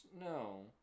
No